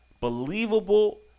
believable